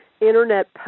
internet